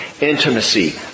intimacy